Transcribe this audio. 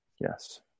Yes